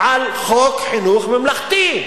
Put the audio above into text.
לחוק חינוך ממלכתי?